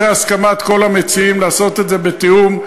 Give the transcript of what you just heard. אחרי הסכמת כל המציעים לעשות את זה בתיאום,